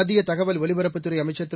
மத்திய தகவல் ஒலிபரப்புத் துறை அமைச்சர் திரு